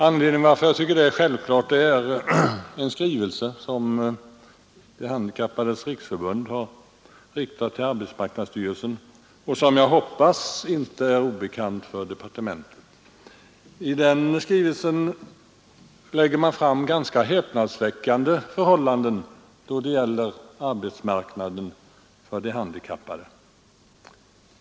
Anledningen till att jag tycker det är självklart är innehållet i en skrivelse som De handikappades riksförbund riktat till arbetsmarknadsstyrelsen och som jag hoppas inte är obekant för departementet. I den skrivelsen redogör man för ganska häpnadsväckande förhållanden då det gäller arbetsmarknaden för de handikappade.